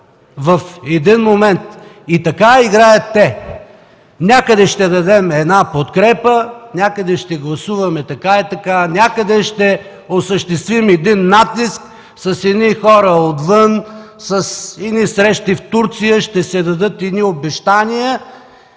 в един момент. И така играят те: някъде ще дадем една подкрепа, някъде ще гласуваме така и така, някъде ще осъществим един натиск с едни хора отвън, с едни срещи в Турция ще се дадат едни обещания